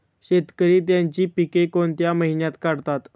शेतकरी त्यांची पीके कोणत्या महिन्यात काढतात?